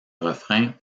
refrain